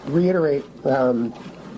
reiterate